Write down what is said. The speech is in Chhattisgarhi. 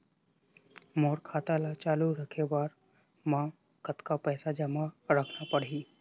मोर खाता ला चालू रखे बर म कतका पैसा जमा रखना पड़ही?